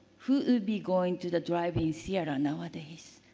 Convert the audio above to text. who will be going to the drive in theatre nowadays?